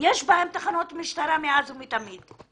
יש בהן תחנות משטרה מאז ומתמיד.